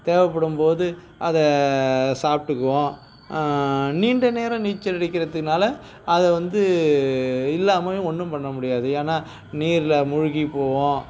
தேவைப்படும்போது அதை சாப்பிட்டுக்குவோம் நீண்ட நேரம் நீச்சல் அடிக்கிறதனால அதை வந்து இல்லாமலும் ஒன்றும் பண்ண முடியாது ஏன்னா நீர்ல மூழ்கி போவோம்